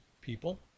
people